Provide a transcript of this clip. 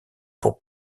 pour